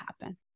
happen